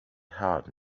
heart